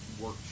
work